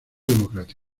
demócrata